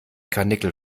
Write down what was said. karnickel